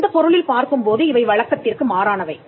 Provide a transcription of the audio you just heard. அந்தப் பொருளில் பார்க்கும்போது இவை வழக்கத்திற்கு மாறானவை